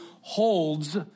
holds